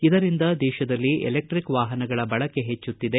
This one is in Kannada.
ಇದರಿಂದ ದೇಶದಲ್ಲಿ ಇಲೆಕ್ಟಿಕ್ ವಾಹನಗಳ ಬಳಕೆ ಹೆಚ್ಚುತ್ತಿದೆ